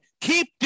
Keep